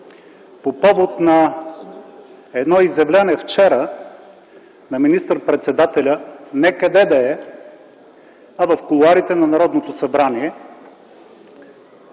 по повод на едно изявление вчера на министър-председателя – не къде да е, а в кулоарите на Народното събрание.